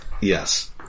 Yes